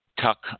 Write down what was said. tuck